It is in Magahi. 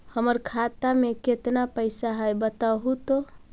हमर खाता में केतना पैसा है बतहू तो?